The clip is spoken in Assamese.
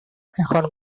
এখন